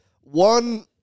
One